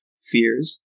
fears